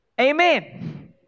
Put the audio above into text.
Amen